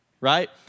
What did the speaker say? right